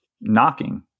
knocking